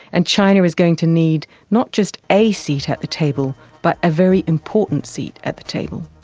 and china is going to need not just a seat at the table, but a very important seat at the table.